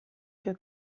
più